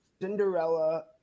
Cinderella